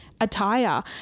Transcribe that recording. attire